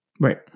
Right